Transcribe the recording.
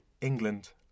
England